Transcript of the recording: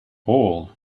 all